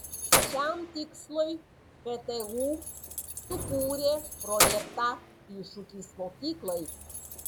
šiam tikslui ktu sukūrė projektą iššūkis mokyklai